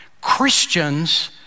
Christians